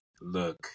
look